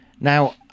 Now